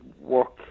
work